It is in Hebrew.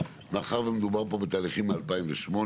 מזנבות בנו היום מדינות כמו